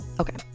Okay